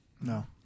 No